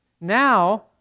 now